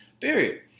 period